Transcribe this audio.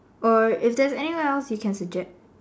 or is there anywhere else you can suggest